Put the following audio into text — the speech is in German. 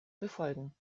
befolgen